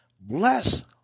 Bless